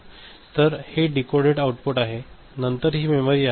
तर हे decoded output आहे आणि नंतर ही मेमरी आहे